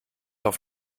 auf